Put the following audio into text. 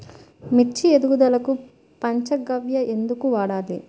మిర్చి ఎదుగుదలకు పంచ గవ్య ఎందుకు వాడాలి?